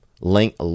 Link